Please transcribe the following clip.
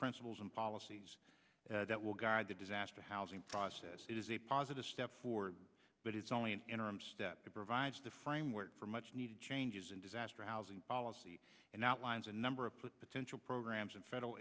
principles and policies that will guide the disaster housing process is a positive step forward but it's only an interim step that provides the framework for much needed changes in disaster housing policy and outlines a number of potential programs and federal